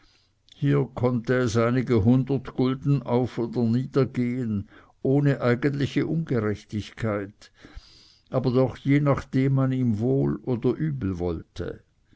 hier konnte es einige hundert gulden auf oder niedergehen ohne eigentliche ungerechtigkeit aber doch je nachdem man ihm wohl oder übel wollte